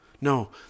No